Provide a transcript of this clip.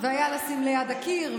והיה "לשים ליד הקיר",